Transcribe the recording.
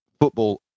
football